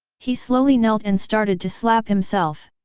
he slowly knelt and started to slap himself.